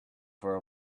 for